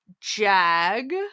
Jag